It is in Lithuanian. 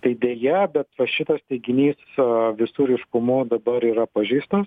tai deja bet va šitas teiginys visų ryškumu dabar yra pažeistas